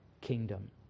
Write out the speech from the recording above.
kingdom